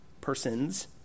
persons